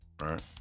right